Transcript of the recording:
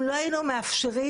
אם לא היינו מאפשרים,